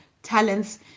talents